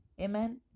Amen